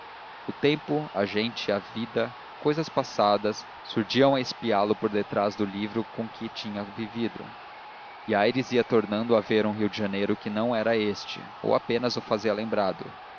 o tempo a gente a vida cousas passadas surdiam a espiá lo por detrás do livro com que tinham vivido e aires ia tornando a ver um rio de janeiro que não era este ou apenas o fazia lembrado